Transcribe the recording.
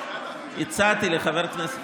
הצעתי לחבר הכנסת